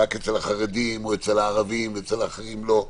רק אצל החרדים או אצל הערבים או אצל אחרים לא.